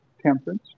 temperance